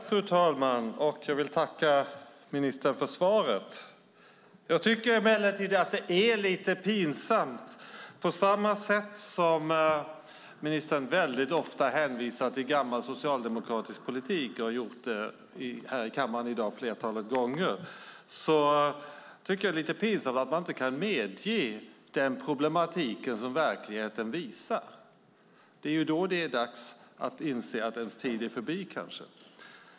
Fru talman! Jag vill tacka ministern för svaret. Jag tycker emellertid att det är lite pinsamt. På samma sätt som ministern ofta hänvisar till gammal socialdemokratisk politik - han har gjort det ett flertal gånger här i kammaren i dag - är det pinsamt att man inte kan medge den problematik som verkligheten visar. Då är det kanske dags att inse att ens tid är förbi.